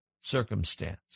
circumstance